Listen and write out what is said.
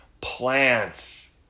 Plants